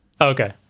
Okay